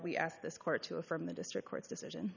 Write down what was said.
we ask this court to affirm the district court's decision